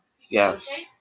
Yes